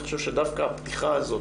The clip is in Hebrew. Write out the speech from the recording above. לכן, אני חושב שדווקא הפתיחה הזאת